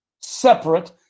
separate